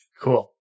Cool